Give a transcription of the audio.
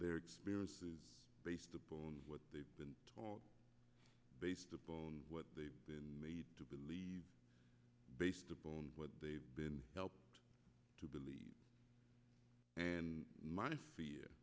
their experience based upon what they've been told based on what they've been made to believe based upon what they've been helped to believe and my fear